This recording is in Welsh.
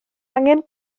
angen